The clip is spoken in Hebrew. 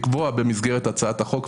כבר לקבוע במסגרת הצעת החוק,